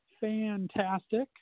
fantastic